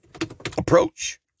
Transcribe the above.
Approach